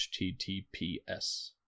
HTTPS